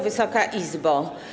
Wysoka Izbo!